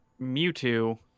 Mewtwo